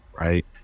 right